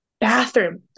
Bathroom